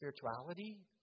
spirituality